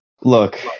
Look